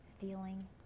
feeling